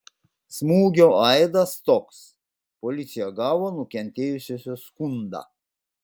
smūgio aidas toks policija gavo nukentėjusiosios skundą